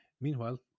Meanwhile